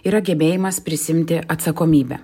yra gebėjimas prisiimti atsakomybę